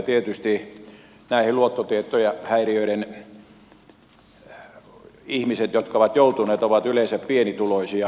tietysti ihmiset jotka ovat joutuneet näihin luottotietohäiriöihin ovat yleensä pienituloisia